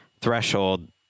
threshold